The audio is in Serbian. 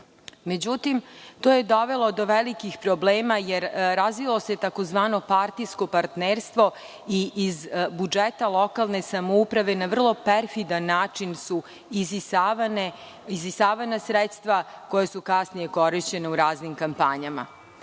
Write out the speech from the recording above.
to je dovelo do velikih problema, jer se razvilo tzv. partijsko partnerstvo i iz budžeta lokalne samouprave na vrlo perfidan način su isisavana sredstva koja su kasnije korišćena u raznim kampanjama.